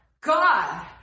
God